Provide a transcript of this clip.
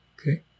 Okay